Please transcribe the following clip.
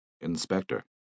Inspector